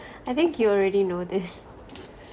I think you already know this